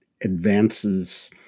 advances